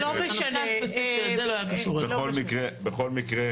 בכל מקרה